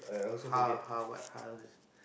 ha ha what ja